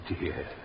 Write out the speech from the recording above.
dear